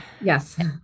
Yes